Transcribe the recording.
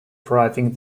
driving